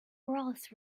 brass